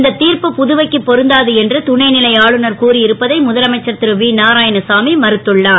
இந்த திர்ப்பு புதுவைக்கு பொருந்தாது என்று துணை லை ஆளுநர் கூறி இருப்பதை முதலமைச்சர் ரு வி நாராயணசாமி மறுத்துள்ளார்